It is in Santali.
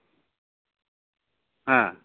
ᱦᱮᱸ